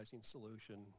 solution